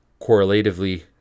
correlatively